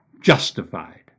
justified